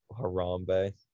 Harambe